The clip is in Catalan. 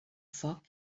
foc